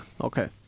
Okay